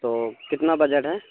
تو کتنا بجٹ ہے